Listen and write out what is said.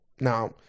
Now